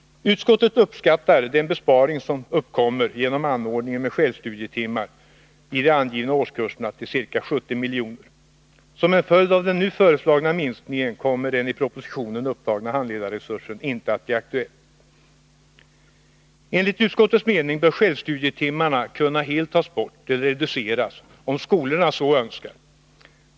Utskottet uppskattar den besparing som uppkommer genom anordningen med självstudietimmar i de angivna årskurserna till ca 70 milj.kr. Som en följd av den nu föreslagna minskningen kommer den i propositionen upptagna handledarresursen inte att bli aktuell. Enligt utskottets mening bör självstudietimmarna helt kunna tas bort eller reduceras om skolorna så önskar.